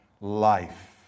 life